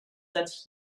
that